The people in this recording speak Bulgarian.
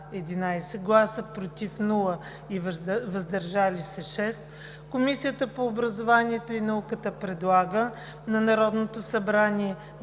без „против“ и „въздържали се“ – 6, Комисията по образованието и науката предлага на Народното събрание